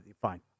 Fine